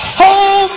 hold